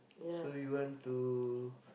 so you want to